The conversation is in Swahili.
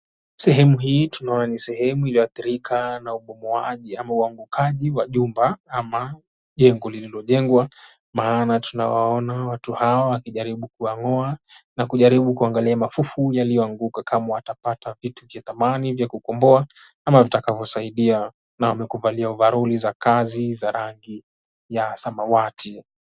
Sehemu hii tunaona ni sehemu iliyoathirika na ubomoaji ama uangukaji wa jumba ama jengo lililojengwa maana tunawaona watu hawa wakijaribu kuwang'oa na kujaribu kuangalia mafufu yaliyoanguka kama watapata vitu vya thamani vya kukomboa ama vitakavyosaidia na wamevalia ovaroli za kazi za rangi ya samawati.